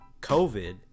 COVID